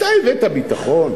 אתה הבאת ביטחון?